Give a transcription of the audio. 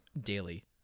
daily